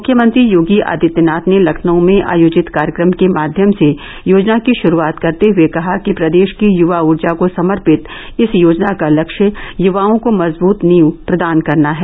मुख्यमंत्री योगी आदित्यनाथ ने लखनऊ में आयोजित कार्यक्रम के माध्यम से योजना की शुरूआत करते हुए कहा कि प्रदेश की युवा ऊर्जा को समर्पित इस योजना का लक्ष्य युवाओं को मजबूत नींव प्रदान करना है